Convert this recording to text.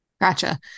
Gotcha